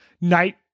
night